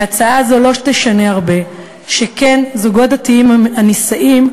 ההצעה הזו לא תשנה הרבה, שכן זוגות דתיים הנישאים,